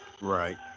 Right